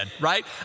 right